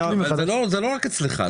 אבל זה לא רק אצלך,